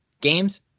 games